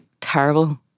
terrible